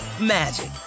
magic